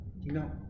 No